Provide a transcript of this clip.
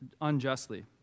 unjustly